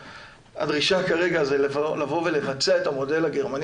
הדרישה כרגע זה לבצע את המודל הגרמני.